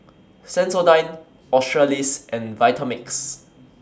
Sensodyne Australis and Vitamix